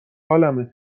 حالمه